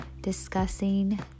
discussing